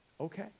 okay